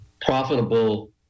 profitable